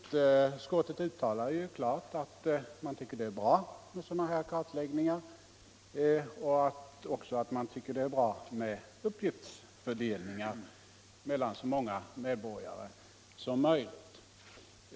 Utskottet anför klart att man anser det bra med sådana här kartläggningar och en uppgiftsfördelning mellan så många medborgare som möjligt.